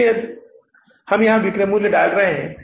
इसलिए विक्रय मूल्य हम यहाँ डाल रहे हैं